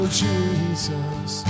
jesus